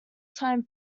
time